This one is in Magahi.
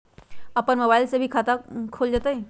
अपन मोबाइल से भी खाता खोल जताईं?